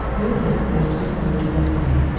no doubt they are doing so to this day.